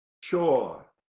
sure